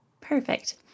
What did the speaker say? Perfect